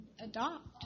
adopt